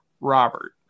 Robert